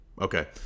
Okay